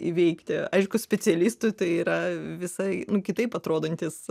įveikti aišku specialistui tai yra visai kitaip atrodantis